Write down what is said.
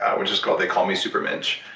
which is called, they call me supermensch.